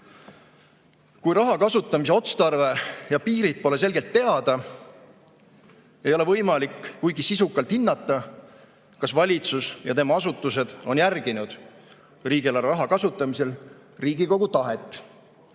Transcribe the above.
Kui raha kasutamise otstarve ja piirid pole selgelt teada, ei ole võimalik kuigi sisukalt hinnata, kas valitsus ja tema asutused on järginud riigieelarve raha kasutamisel Riigikogu tahet.